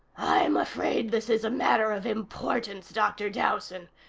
i'm afraid this is a matter of importance, dr. dowson.